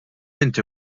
inti